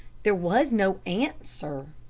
there was no answer,